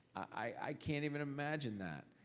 i can't even imagine that,